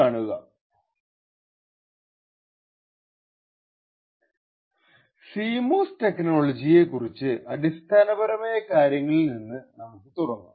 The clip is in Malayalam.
CMOS ടെക്നോളജിയെ കുറിച്ച് അടിസ്ഥാനപരമായ കാര്യങ്ങളിൽ നിന്ന് നമുക്ക് തുടങ്ങാം